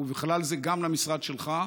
ובכלל זה גם למשרד שלך,